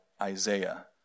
Isaiah